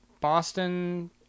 Boston